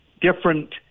different